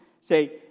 say